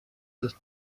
das